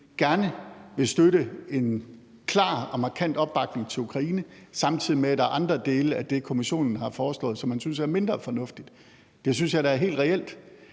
gerne vil støtte en klar og markant opbakning til Ukraine, samtidig med at der er andre dele af det, som Kommissionen har foreslået, som man synes er mindre fornuftige, synes jeg da er helt reelt.